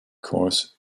course